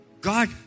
God